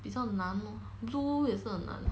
比较难 lor blue 也是很难